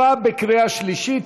עברה בקריאה שלישית